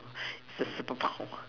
it's a superpower